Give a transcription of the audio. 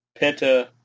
Penta